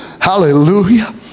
Hallelujah